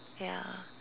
ya